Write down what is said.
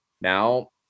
now